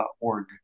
org